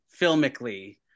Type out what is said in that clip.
filmically